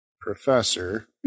professor